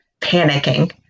panicking